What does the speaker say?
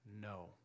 no